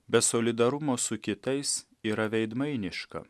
be solidarumo su kitais yra veidmainiška